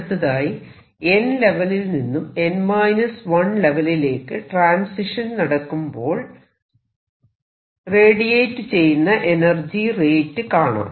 അടുത്തതായി n ലെവലിൽ നിന്നും n 1 ലെവലിലേക്ക് ട്രാൻസിഷൻ നടക്കുമ്പോൾ റേഡിയേറ്റ് ചെയ്യുന്ന എനർജി റേറ്റ് കാണാം